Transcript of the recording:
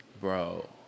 Bro